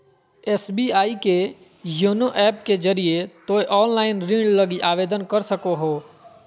SBI के YONO app के जरिए तोय ऑनलाइन ऋण लगी आवेदन कर सको हो